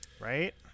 right